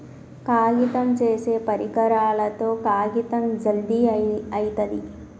కాగితం చేసే పరికరాలతో కాగితం జల్ది అయితది